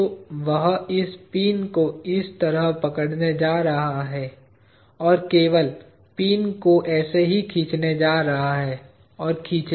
तो वह इस पिन को इस तरह पकड़ने जा रहा है और केवल पिन को ऐसे ही खींचने जा रहा है और खींचे